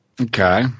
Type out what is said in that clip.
Okay